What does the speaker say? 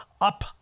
up